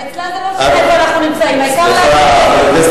שלי, עכשיו אנחנו בלחם, לא בדלק.